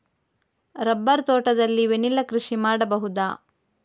Rubber ತೋಟದಲ್ಲಿ vanilla ಕೃಷಿ ಮಾಡಬಹುದಾ?